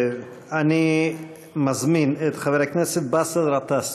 אני מזמין את חבר הכנסת באסל גטאס